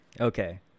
Okay